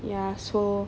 ya so